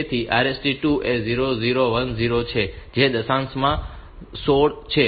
તેથી RST 2 એ 0 0 1 0 છે જે દશાંશ માં 16 છે